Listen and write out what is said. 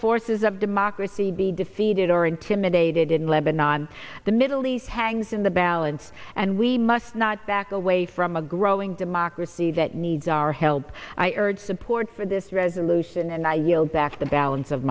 forces of democracy be defeated or intimidated in lebannon the middle east hangs in the balance and we must not back away from a growing democracy that needs our help i urge support for this resolution and i yield back the balance of